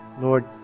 Lord